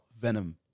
Venom